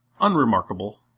Unremarkable